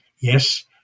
yes